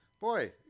boy